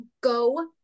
go